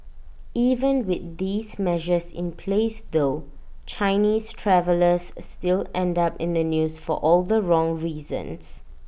even with these measures in place though Chinese travellers still end up in the news for all the wrong reasons